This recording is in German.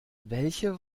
welche